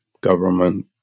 government